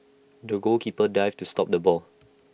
the goalkeeper dived to stop the ball